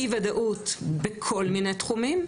אי-ודאות בכל מיני תחומים,